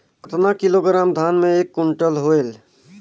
कतना किलोग्राम धान मे एक कुंटल होयल?